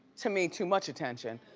to me, too much attention.